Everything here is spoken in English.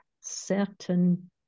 certain